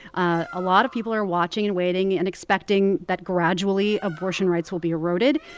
ah a lot of people are watching and waiting and expecting that gradually, abortion rights will be eroded.